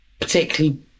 particularly